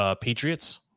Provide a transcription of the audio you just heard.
Patriots